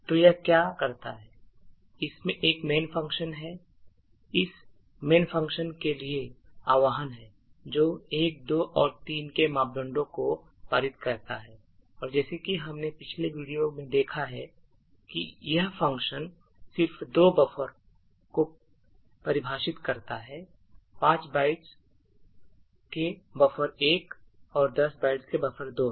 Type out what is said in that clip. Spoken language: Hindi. तो यह क्या करता है कि इसमें एक main फंक्शन है और इस फंक्शन के लिए एक आह्वान है जो 1 2 और 3 के मापदंडों को पारित करता है और जैसा कि हमने पिछले वीडियो में देखा है कि यह फंक्शन सिर्फ दो buffers को परिभाषित करता है 5 bytes के buffer1 और 10 bytes के buffer2 है